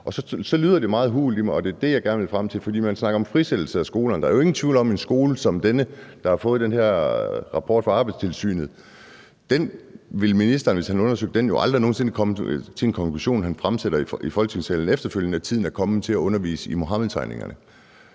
Så lyder det meget hult – og det er det, jeg gerne vil frem til – at man snakker om frisættelse af skolerne, men der er jo ingen tvivl om, at i forhold til en skole som denne, hvor der er kommet den her rapport fra Arbejdstilsynet, ville ministeren, hvis han undersøgte den, jo aldrig nogen sinde komme til den konklusion, som han ville fremsætte efterfølgende i Folketingssalen, at tiden er kommet til at undervise i Muhammedtegningerne.